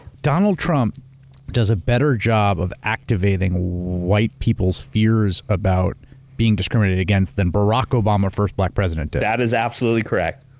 donald trump does a better job of activating white people's fears about being discriminated against than barack obama, first black president, did? that is absolutely correct.